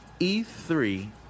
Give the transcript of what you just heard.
E3